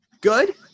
good